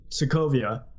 Sokovia